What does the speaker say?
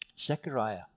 Zechariah